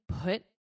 put